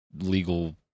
legal